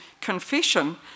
confession